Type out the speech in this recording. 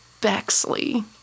Bexley